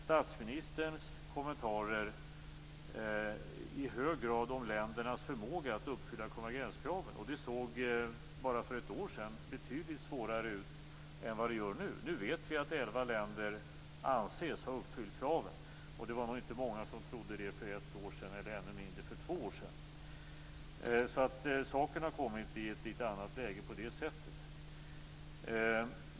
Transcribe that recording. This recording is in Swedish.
Statsministerns kommentarer handlade i hög grad om ländernas förmåga att uppfylla konvergenskraven. För bara ett år sedan såg det betydligt svårare ut än vad det gör nu. Nu vet vi att elva länder anses ha uppfyllt kraven. Det var nog inte många som trodde det för ett år sedan och ännu mindre för två år sedan. Så saken har kommit i ett litet annat läge på det sättet.